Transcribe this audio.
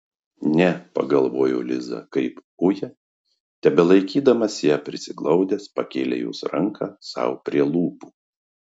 ne pagalvojo liza kai uja tebelaikydamas ją prisiglaudęs pakėlė jos ranką sau prie lūpų